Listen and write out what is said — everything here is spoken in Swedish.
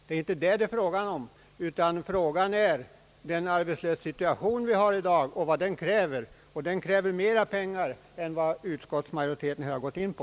Det är inte fråga om detta, utan vad det gäller är den arbetslöshetssituation vi har i dag och vad den kräver; och den kräver mera pengar än vad utskottsmajoriteten gått med på.